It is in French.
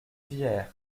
vierre